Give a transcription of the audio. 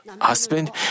husband